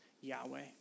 Yahweh